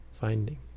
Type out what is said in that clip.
finding